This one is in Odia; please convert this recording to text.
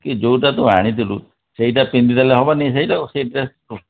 କି ଯେଉଁଟା ତୁ ଆଣିଥିଲୁ ସେଇଟା ପିନ୍ଧିଦେଲେ ହେବନି ସେଇଟା ସେ ଡ୍ରେସ୍କୁ